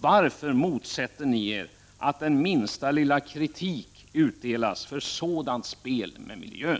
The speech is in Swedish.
Varför motsätter ni er att minsta lilla kritik utdelas för sådant spel med miljön?